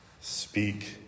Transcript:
Speak